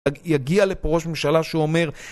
יגיע לפה ראש ממשלה שאומר